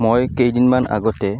মই কেইদিনমান আগতে